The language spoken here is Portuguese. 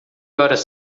horas